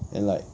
then like